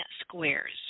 squares